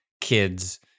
kids